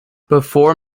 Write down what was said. before